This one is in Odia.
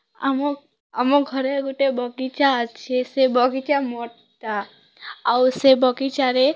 ଆମ ଆମ ଘରେ ଗୋଟେ ବଗିଚା ଅଛି ସେ ବଗିଚା ମୋରଟା ଆଉ ସେ ବଗିଚାରେ